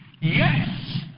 Yes